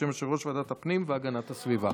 בשם יושב-ראש ועדת הפנים והגנת הסביבה.